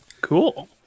cool